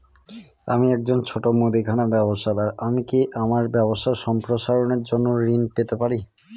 আমি একজন ছোট মুদিখানা ব্যবসাদার আমি কি আমার ব্যবসা সম্প্রসারণের জন্য ঋণ পেতে পারি?